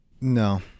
No